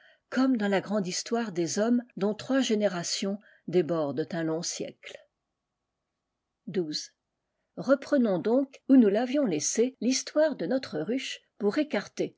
comme dans la grande histoire des hommes dont trois générations débordent un long siècle xii reprenons donc où nous l'avions laissée l'histoire de notre ruche pour écarter